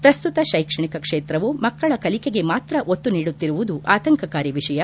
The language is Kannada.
ಪ್ರಸ್ತುತ ಶೈಕ್ಷಣಿಕ ಕ್ಷೇತ್ರವು ಮಕ್ಕಳ ಕಲಿಕೆಗೆ ಮಾತ್ರ ಒತ್ತು ನೀಡುತ್ತಿರುವುದು ಆತಂಕಕಾರಿ ವಿಷಯ